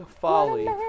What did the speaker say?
Folly